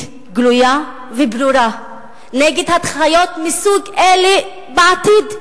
גלויה וברורה נגד הנחיות מסוג זה בעתיד,